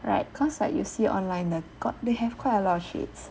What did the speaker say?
right cause like you see online they got they have quite a lot of shades